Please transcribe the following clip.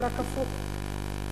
רק הפוך.